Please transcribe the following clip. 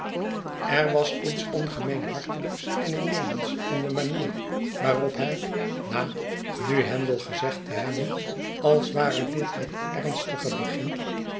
er was iets ongemeen hartelijks en innemends in de manier waarop hij na nu handel gezegd te hebben als ware dit het ernstige begin